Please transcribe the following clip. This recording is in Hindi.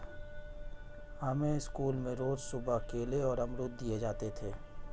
हमें स्कूल में रोज सुबह केले और अमरुद दिए जाते थे